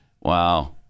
Wow